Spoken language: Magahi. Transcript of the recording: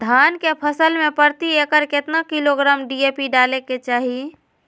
धान के फसल में प्रति एकड़ कितना किलोग्राम डी.ए.पी डाले के चाहिए?